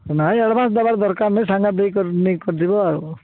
ନାଇଁ ଆଡ଼ଭାନ୍ସ ଦେବା ଦରକାର ନାଇଁ ସାଙ୍ଗରେ ଦେଇକରି ନେଇଯିବା ଆଉ